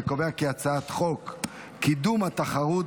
אני קובע כי הצעת חוק קידום התחרות